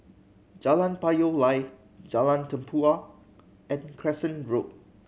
Jalan Payoh Lai Jalan Tempua and Crescent Road